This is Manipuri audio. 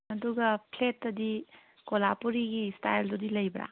ꯑꯗꯨꯒ ꯐ꯭ꯂꯦꯠꯇꯗꯤ ꯀꯣꯂꯥꯄꯨꯔꯤꯒꯤ ꯏꯁꯇꯥꯏꯜꯗꯨꯗꯤ ꯂꯩꯕ꯭ꯔꯥ